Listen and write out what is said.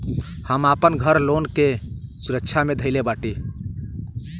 हम आपन घर लोन के सुरक्षा मे धईले बाटी